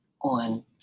on